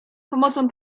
pomocą